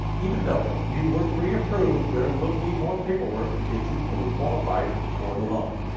even though you were pre-approved, there will be more paperwork to get you fully qualified for the loan.